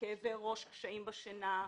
כאבי ראש, קשיים בשינה,